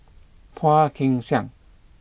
Phua Kin Siang